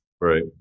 Right